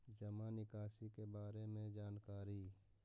जामा निकासी के बारे में जानकारी?